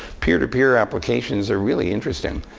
peer-to-peer applications are really interesting.